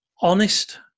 honest